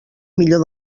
millor